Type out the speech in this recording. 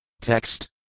TEXT